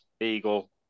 Eagle